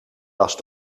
was